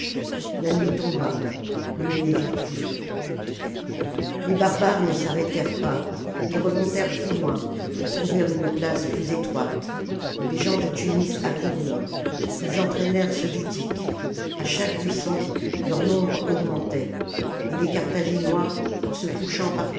la nuit tomba on ne les vit plus les barbares ne s'arrêtèrent pas ils remontèrent plus loin pour trouver une place plus étroite les gens de tunis accoururent ils entraînèrent ceux d'utique a chaque buisson leur nombre augmentait et les carthaginois en se couchant